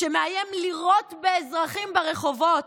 ומאיים לירות באזרחים ברחובות,